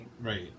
Right